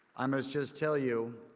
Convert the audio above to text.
i must just tell you,